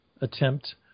attempt